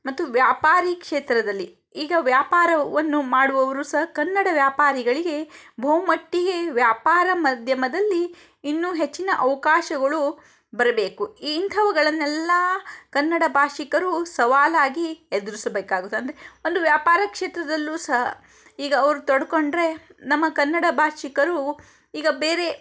ಮತ್ತು ವ್ಯಾಪಾರಿ ಕ್ಷೇತ್ರದಲ್ಲಿ ಈಗ ವ್ಯಾಪಾರವನ್ನು ಮಾಡುವವರು ಸಹ ಕನ್ನಡ ವ್ಯಾಪಾರಿಗಳಿಗೆ ಭೂಮಟ್ಟಿಗೆ ವ್ಯಾಪಾರ ಮಾಧ್ಯಮದಲ್ಲಿ ಇನ್ನೂ ಹೆಚ್ಚಿನ ಅವಕಾಶಗಳು ಬರಬೇಕು ಇಂಥವುಗಳನ್ನೆಲ್ಲ ಕನ್ನಡ ಭಾಷಿಗರು ಸವಾಲಾಗಿ ಎದ್ರುಸಬೇಕಾಗುತ್ತೆ ಅಂದರೆ ಒಂದು ವ್ಯಾಪಾರ ಕ್ಷೇತ್ರದಲ್ಲೂ ಸಹ ಈಗ ಅವ್ರು ತೊಡ್ಕೊಂಡರೆ ನಮ್ಮ ಕನ್ನಡ ಭಾಷಿಗರು ಈಗ ಬೇರೆ